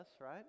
right